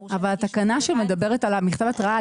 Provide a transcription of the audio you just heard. מורשה נגישות --- אבל התקנה שמדברת על מכתב ההתראה,